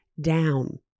down